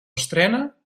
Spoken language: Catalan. estrena